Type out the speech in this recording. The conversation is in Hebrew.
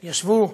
ישבו,